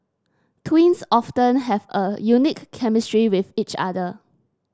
twins often have a unique chemistry with each other